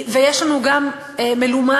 ויש לנו גם מלומד,